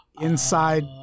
inside